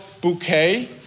bouquet